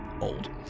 old